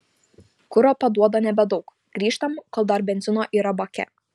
kuro paduoda nebedaug grįžtam kol dar benzino yra bake